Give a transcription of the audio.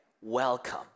welcome